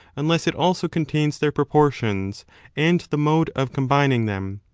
unless it also contains their proportions and the mode of combining them.